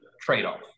trade-off